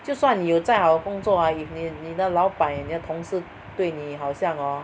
就算你有再好的工作 ah if 你你的老板你的同事对你好像 orh